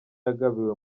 yagabiwe